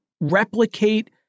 replicate